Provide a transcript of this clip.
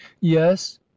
yes